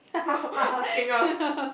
asking us